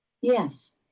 Yes